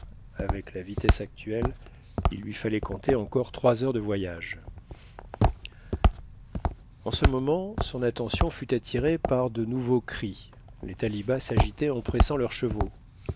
avec la vitesse actuelle il lui fallait compter encore trois heures de voyage en ce moment son attention fut attirée par de nouveaux cri les talibas s'agitaient en pressant leurs chevaux